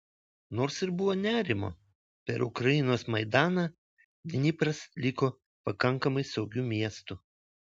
nors ir buvo nerimo per ukrainos maidaną dnipras liko pakankamai saugiu miestu